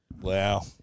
Wow